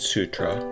Sutra